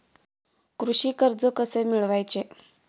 कृषी कर्ज कसे मिळवायचे?